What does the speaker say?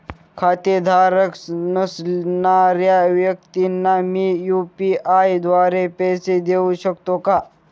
खातेधारक नसणाऱ्या व्यक्तींना मी यू.पी.आय द्वारे पैसे देऊ शकतो का?